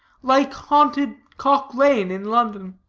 like haunted cock lane in london.